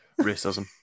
Racism